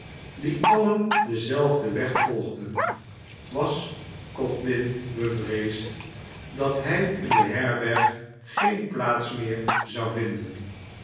die alien denzelfden weg volgden was codlin bevreesd dat hij in de herberg geene plaats meer zou vinden